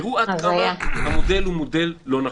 תראו עד כמה המודל הוא מודל לא נכון.